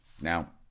now